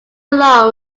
alone